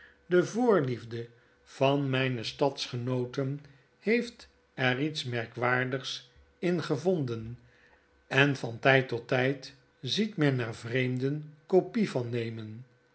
merkwaardigheden devoorliefde van myne stadgenooten heeft er iets merkwaardigs in gevonden en van tyd tot tijd ziet men er vreemden kopie van nemen